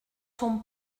son